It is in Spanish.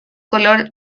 color